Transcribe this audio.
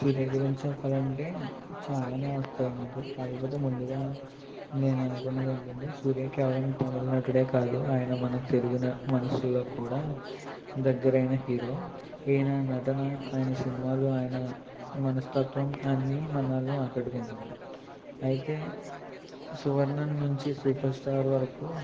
సూర్య గురించి చెప్పాలంటే చాలానే వస్తాయి నాకు కాకపోతే ముందుగా నేను అనుకున్నది ఏంటంటే సూర్య కేవలం తమిళ నటుడే కాదు ఆయన మన తెలుగు మనుషుల్లో కూడా దగ్గరైన హీరో ఈయన నటన ఆయన సినిమాలు ఆయన మనస్తత్వం అన్నీ మనల్ని ఆకట్టుకుంటుంది అయితే సువర్ణన్ నుంచి సూపర్ స్టార్ వరకు